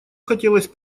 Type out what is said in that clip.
хотелось